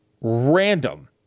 random